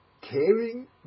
caring